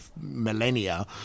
millennia